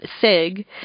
Sig